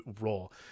role